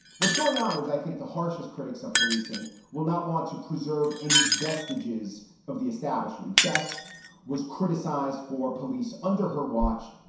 what's going on is i think the harshest critics of policing will not want to preserve any vestiges of the establishment. best was criticized for police under her watch,